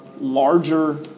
larger